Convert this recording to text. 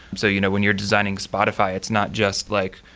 so you know when you're designing spotify, it's not just like,